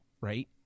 right